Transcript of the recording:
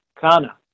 Kana